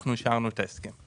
אנחנו אישרנו את ההסכם.